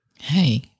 Hey